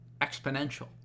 exponential